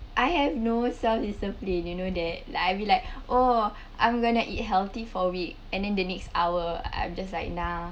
I have no self discipline you know that like I'll be like oh I'm gonna eat healthy for a week and then the next hour I'm just like nah